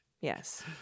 yes